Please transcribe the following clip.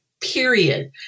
Period